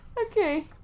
Okay